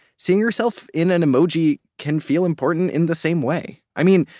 seeing yourself in an emoji can feel important in the same way. i mean,